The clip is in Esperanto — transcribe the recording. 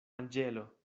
anĝelo